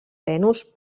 venus